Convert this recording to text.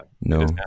no